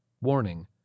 Warning